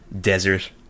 desert